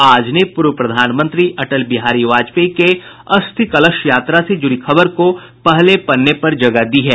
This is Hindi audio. आज ने पूर्व प्रधानमंत्री अटल बिहारी वाजपेयी के अस्थि कलश यात्रा से जुड़ी खबर को पहले पन्ने पर जगह दी है